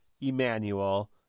Emmanuel